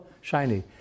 shiny